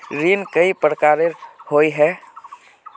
ऋण कई प्रकार होए है?